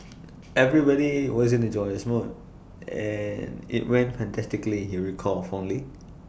everybody was in A joyous mood and IT went fantastically he recalled fondly